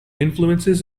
influences